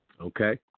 Okay